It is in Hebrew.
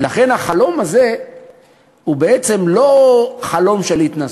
ולכן החלום הזה הוא בעצם לא חלום של התנשאות,